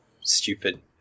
stupid